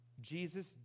Jesus